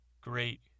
great